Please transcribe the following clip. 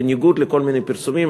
בניגוד לכל מיני פרסומים.